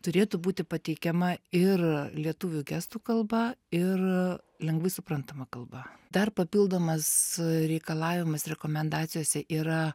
turėtų būti pateikiama ir lietuvių gestų kalba ir lengvai suprantama kalba dar papildomas reikalavimas rekomendacijose yra